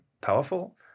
powerful